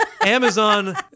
Amazon